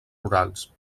rurals